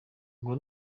ngo